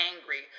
angry